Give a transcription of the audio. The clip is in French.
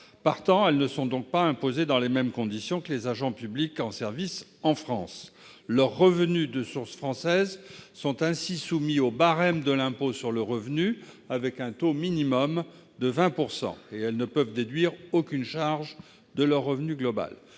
Partant, elles ne sont pas imposées dans les mêmes conditions que les agents publics en service en France. Leurs revenus de source française sont ainsi soumis au barème de l'impôt sur le revenu, avec un taux minimum de 20 %. De plus, elles ne peuvent déduire aucune charge de leur revenu global.